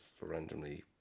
randomly